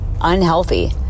unhealthy